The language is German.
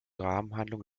rahmenhandlung